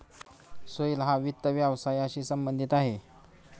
सोहेल हा वित्त व्यवसायाशी संबंधित आहे